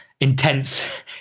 intense